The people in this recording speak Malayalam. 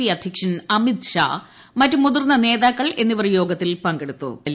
പി അദ്ധ്യക്ഷന്റ് ൽമിതിഷാ മറ്റ് മുതിർന്ന നേതാക്കൾ എന്നിവർ യോഗത്തിൽ പങ്കെടുത്തു്